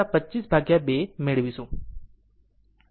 આમ આપણે 36 252 મેળવીશું